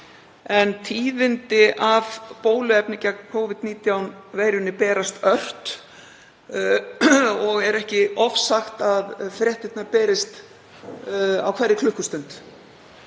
Tíðindi af bóluefni gegn Covid-19 veirunni berast ört og er ekki ofsagt að fréttirnar berist á hverri klukkustund.